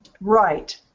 Right